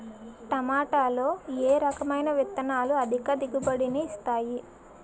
టమాటాలో ఏ రకమైన విత్తనాలు అధిక దిగుబడిని ఇస్తాయి